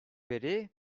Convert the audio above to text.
beri